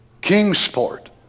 Kingsport